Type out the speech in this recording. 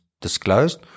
disclosed